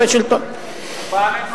ודאי.